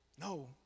No